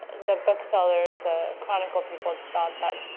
the booksellers, the chronicle people, thought that